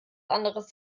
anderes